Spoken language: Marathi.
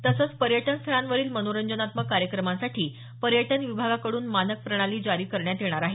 तसंच पर्यटन स्थळांवरील मनोरंजनात्मक कार्यक्रमांसाठी पर्यटन विभागाकडून मानक प्रणाली जारी करण्यात येणार आहे